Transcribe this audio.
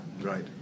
Right